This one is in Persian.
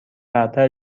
برتر